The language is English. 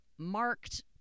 marked